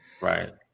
Right